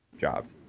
jobs